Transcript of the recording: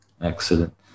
Excellent